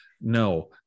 no